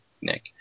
Nick